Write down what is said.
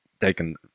taken